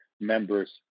member's